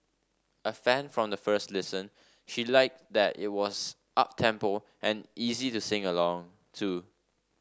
a fan from the first listen she liked that it was uptempo and easy to sing along to